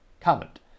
comment